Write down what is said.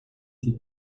die